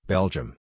Belgium